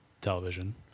television